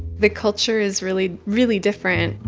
the culture is really, really different.